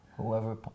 Whoever